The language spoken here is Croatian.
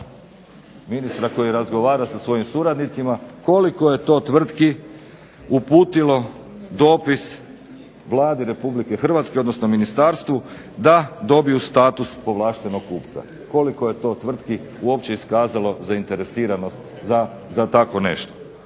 ministra koji razgovara sa svojim suradnicima koliko je to tvrtki uputilo dopis Vladi Republike Hrvatske, odnosno ministarstvu da dobiju status povlaštenog kupca. Koliko je to tvrtki uopće iskazalo zainteresiranost za tako nešto.